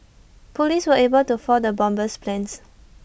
Police were able to foil the bomber's plans